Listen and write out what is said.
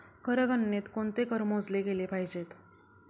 कर गणनेत कोणते कर मोजले गेले पाहिजेत?